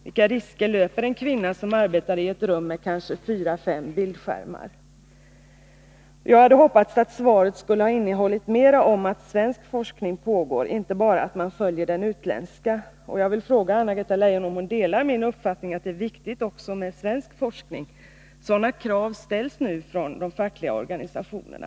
Vilken risk löper en kvinna som arbetar i ett rum med kanske fyra fem bildskärmar? Jag hade hoppats att svaret skulle innehålla mer om att svensk forskning pågår, inte bara att man följer den utländska forskningen. Delar Anna-Greta Leijon min uppfattning att det är viktigt också med svensk forskning? Sådana krav ställs nu från de fackliga organisationerna.